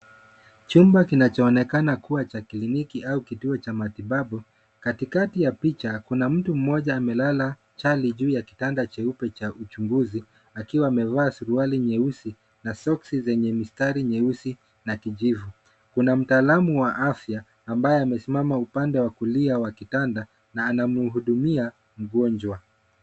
Chumba kinachoonekana kuwa cha kliniki au kituo cha matibabu. Katikati ya picha, kuna mtu mmoja amelala chali juu ya kitanda cheupe cha uchunguzi akiwa amevaa suruali nyeusi na soksi zenye mistari nyeusi na kijivu. Kuna mtaalamu wa afya ambaye amesimama upande wa kulia wa kitanda na anamhudumia mgonjwa.